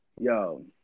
Yo